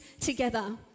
together